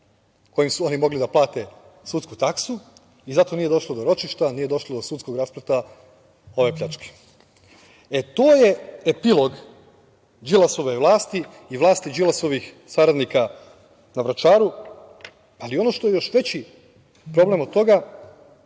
kojim su oni mogli da plate sudsku taksu i zato nije došlo do ročišta, nije došlo do sudskog raspleta ove pljačke. To je epilog Đilasove vlasti i vlasti Đilasovih saradnika na Vračaru. Ono što je još veći problem od toga,